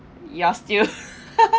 ya still